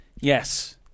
Yes